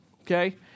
okay